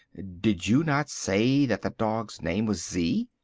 did you not say that the dog's name was z?